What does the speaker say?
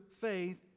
faith